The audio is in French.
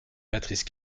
patrice